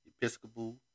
Episcopal